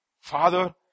Father